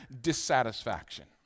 dissatisfaction